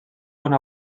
una